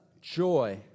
joy